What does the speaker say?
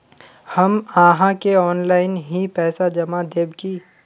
हम आहाँ के ऑनलाइन ही पैसा जमा देब की?